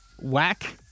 whack